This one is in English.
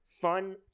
fun